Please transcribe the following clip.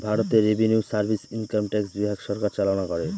ভারতে revenue service income tax বিভাগ সরকার চালনা করে